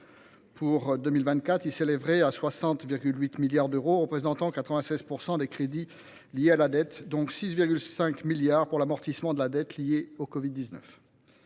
En 2024, ils s’élèveraient à 60,8 milliards d’euros, soit 96 % des crédits liés à la dette, dont 6,5 milliards d’euros pour l’amortissement de la dette liée au covid 19.